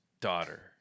daughter